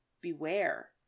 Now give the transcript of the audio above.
beware